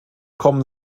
kommen